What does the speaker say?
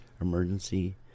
emergency